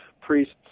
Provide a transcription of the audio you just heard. Priests